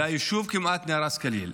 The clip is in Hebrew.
והיישוב כמעט נהרס כליל.